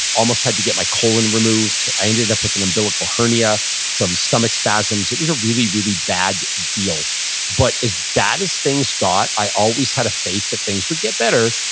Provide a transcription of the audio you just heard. almost had to get my colon removed. i ended up with an umbilical hernia from stomach spasms. it was a really, really bad deal but as bad as things got, i always had a faith that things would get better.